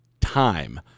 time